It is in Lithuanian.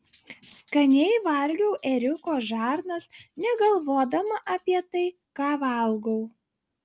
skaniai valgiau ėriuko žarnas negalvodama apie tai ką valgau